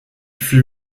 fut